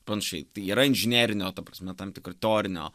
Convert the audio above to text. panašiai tai yra inžinerinio ta prasme tam tikro teorinio